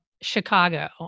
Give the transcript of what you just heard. Chicago